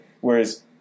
whereas